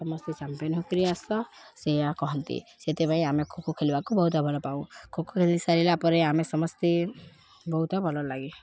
ସମସ୍ତେ ଚମ୍ପିଅନ୍ ହୋଇକରି ଆସ ସେୟା କହନ୍ତି ସେଥିପାଇଁ ଆମେ ଖୋକୋ ଖେଲିବାକୁ ବହୁତ ଭଲ ପାଉ ଖୋକୋ ଖେଲି ସାରିଲା ପରେ ଆମେ ସମସ୍ତେ ବହୁତ ଭଲ ଲାଗେ